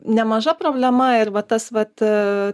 nemaža problema ir va tas vat a